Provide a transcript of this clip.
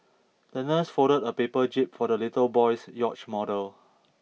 the nurse folded a paper jib for the little boy's yacht model